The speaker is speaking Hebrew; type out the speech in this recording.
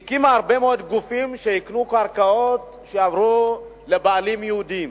הקימה הרבה מאוד גופים שיקנו קרקעות שיעברו לבעלים יהודים.